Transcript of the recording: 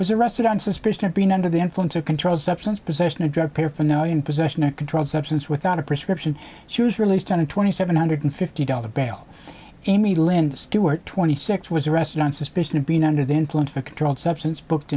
was arrested on suspicion of being under the influence of controlled substance possession of drug paraphernalia possession a controlled substance without a prescription she was released on a twenty seven hundred fifty dollars bail jamie lynne stewart twenty six was arrested on suspicion of being under the influence of a controlled substance booked